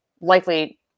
likely